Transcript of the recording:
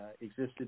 existed